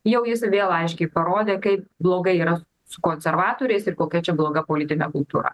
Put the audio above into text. jau jis vėl aiškiai parodė kaip blogai yra su konservatoriais ir kokia čia bloga politinė kultūra